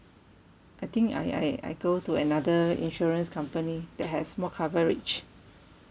I think I I I go to another insurance company that has more coverage